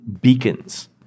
Beacons